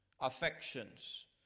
Affections